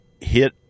hit